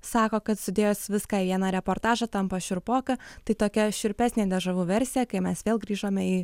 sako kad sudėjus viską į vieną reportažą tampa šiurpoka tai tokia šiurpesnė dežavu versija kai mes vėl grįžome į